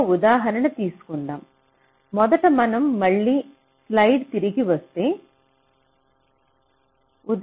ఒక ఉదాహరణ తీసుకుందాం మొదట మనం మళ్ళీ స్లైడ్కు తిరిగి వస్తాము